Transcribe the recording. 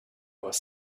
was